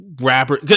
rapper